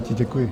Děkuji.